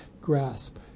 grasp